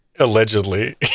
Allegedly